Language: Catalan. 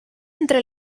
entre